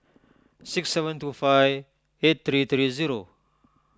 six seven two five eight three three zero